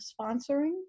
sponsoring